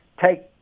take